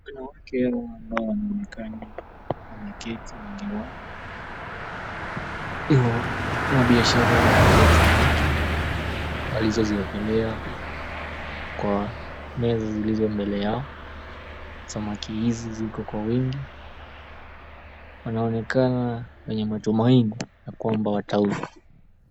Wanawake wanaoonekana wameketi, wengi wao ni wanabiashara wa samaki walizoziwekelea kwa meza zilizo mbele yao. Samaki hizi ziko kwa wingi, wanaonekana wenye matumaini ya kwamba watauza